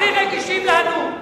הכי רגישים לנו,